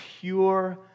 pure